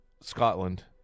Scotland